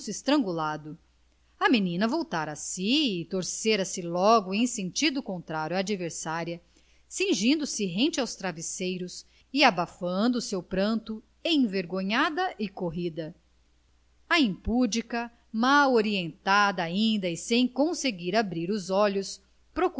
estrangulado a menina voltara a si e torcera se logo em sentido contrário à adversária cingindo se rente aos travesseiros e abafando o seu pranto envergonhada e corrida a impudica mal orientada ainda e sem conseguir abrir os olhos